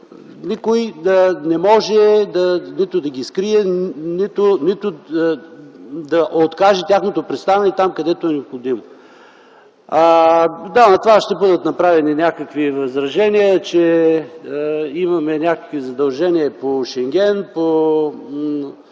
никой не може нито да ги скрие, нито да откаже тяхното представяне там, където е необходимо. Да, на това ще бъдат направени някакви възражения, че имаме някакви задължения по Шенген, по